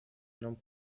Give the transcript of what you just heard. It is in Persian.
نام